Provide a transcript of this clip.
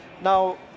Now